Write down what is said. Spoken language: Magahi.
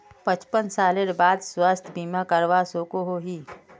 पचपन सालेर बाद स्वास्थ्य बीमा करवा सकोहो ही?